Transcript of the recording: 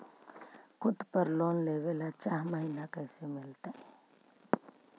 खूत पर लोन लेबे ल चाह महिना कैसे मिलतै?